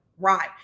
Right